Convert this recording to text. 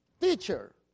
Teacher